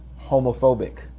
homophobic